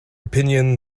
opinion